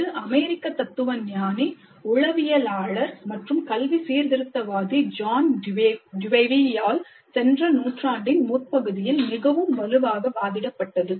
இது அமெரிக்க தத்துவ ஞானி உளவியலாளர் மற்றும் கல்வி சீர்திருத்தவாதி John Deweyயால் சென்ற நூற்றாண்டின் முற்பகுதியில் மிகவும் வலுவாக வாதிடப்பட்டது